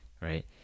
right